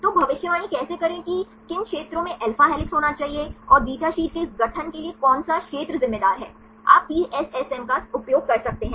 तो भविष्यवाणी कैसे करें कि किन क्षेत्रों में अल्फा हेलिक्स होना चाहिए और बीटा शीट के इस गठन के लिए कौन सा क्षेत्र जिम्मेदार है आप PSSM का सही उपयोग कर सकते हैं